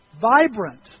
vibrant